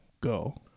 Go